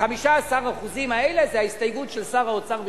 ה-15% האלה זה ההסתייגות של שר האוצר ושלי.